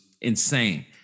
insane